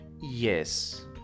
yes